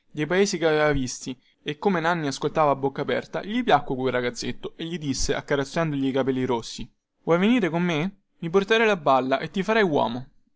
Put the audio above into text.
dei paesi che aveva visti e come nanni ascoltava a bocca aperta gli piacque quel ragazzetto e gli disse accarezzandogli i capelli rossi vuoi venire con me mi porterai la balla e ti farai uomo